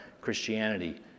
Christianity